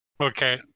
Okay